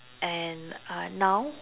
and uh now